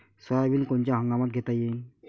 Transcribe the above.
Soybean कोनच्या हंगामात घेता येईन?